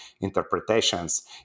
interpretations